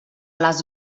les